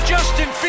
Justin